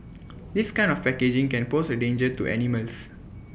this kind of packaging can pose A danger to animals